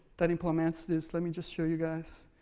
that implements this. let me just show you guys.